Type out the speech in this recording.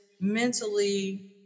mentally